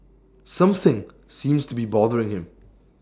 something seems to be bothering him